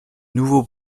nouveaux